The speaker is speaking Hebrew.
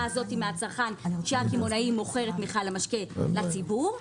בזו מהצרכן שהקמעונאי מוכר את מכל המשקה לציבור,